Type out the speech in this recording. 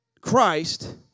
Christ